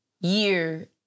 year